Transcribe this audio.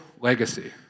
legacy